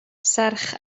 serch